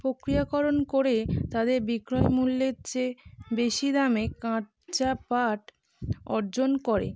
প্রক্রিয়াকরণ করে তাদের বিক্রয়মূল্যের চেয়ে বেশি দামে কাঁচা পাট অর্জন করে